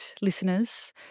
listeners –